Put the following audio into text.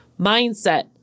Mindset